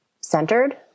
centered